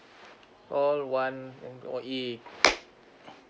call one M_O_E